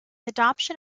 adoption